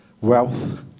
Wealth